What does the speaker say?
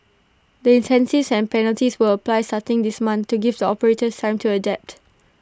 the incentives and penalties will apply starting this month to give the operators time to adapt